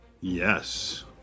Yes